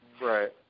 Right